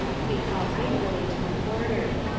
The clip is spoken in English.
he called angrily to the porter,